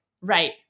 right